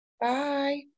bye